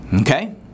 okay